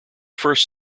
first